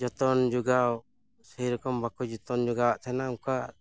ᱡᱚᱛᱚᱱ ᱡᱚᱜᱟᱣ ᱥᱮᱨᱚᱠᱚᱢ ᱵᱟᱠᱚ ᱡᱚᱛᱚᱱ ᱡᱚᱜᱟᱣᱮᱫ ᱛᱟᱦᱮᱱᱟ ᱚᱝᱠᱟ